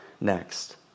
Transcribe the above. next